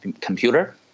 computer